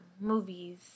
movies